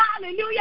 hallelujah